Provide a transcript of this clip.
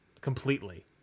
completely